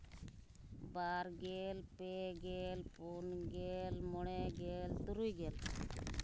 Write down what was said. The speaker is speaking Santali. ᱵᱟᱨ ᱜᱮᱞ ᱯᱮ ᱜᱮᱞ ᱯᱩᱱ ᱜᱮᱞ ᱢᱚᱬᱮ ᱜᱮᱞ ᱛᱩᱨᱩᱭ ᱜᱮᱞ